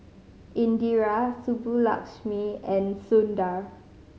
Indira Subbulakshmi and Sundar